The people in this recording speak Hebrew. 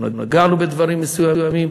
לא נגענו בדברים מסוימים.